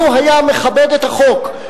לו היה מכבד את החוק,